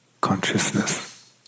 consciousness